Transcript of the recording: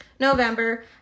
november